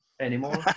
anymore